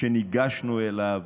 כשניגשנו אליו